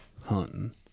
hunting